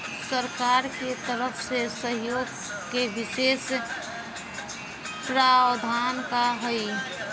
सरकार के तरफ से सहयोग के विशेष प्रावधान का हई?